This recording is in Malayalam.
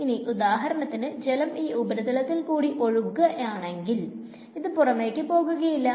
ഇനി ഉദാഹരണത്തിനു ജലം ഈ ഉപരിതലത്തിൽ കൂടി ഒഴുകുക ആണെങ്കിൽ ഇത് പുറമേക്ക് പോകുകയില്ല